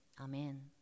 amen